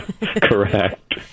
Correct